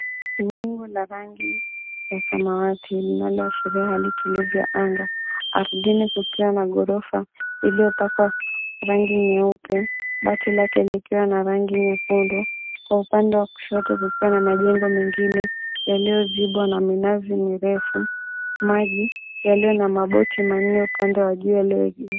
Wingu la rangi ya samawati linaloashiria hali tulivu ya anga, ardhini kukiwa na ghorofa iliyopakwa rangi nyeupe bati lake likiwa na rangi nyekundu, kwa upande wa kushoto kukiwa na majengo mengine yaliyozibwa na minazi mirefu. Maji yaliyo na maboti 𝑚𝑎𝑛𝑛𝑒 upande wa juu yaliyoegeshwa.